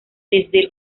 desde